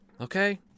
Okay